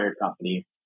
company